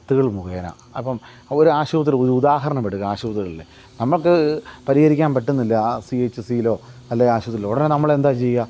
കത്തുകൾ മുഖേന അപ്പം ഒരു ആശുപത്രി ഉദാഹരണം വിടുക ആശുപത്രികളിൽ നമുക്ക് പരിഹരിക്കാന് പറ്റുന്നില്ല സി എച്ച് സി യിലോ അല്ലെൽ ആശുപത്രിയിലോ ഉടനെ നമ്മൾ എന്താണ് ചെയ്യുക